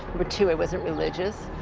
but two i wasn't religious.